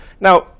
Now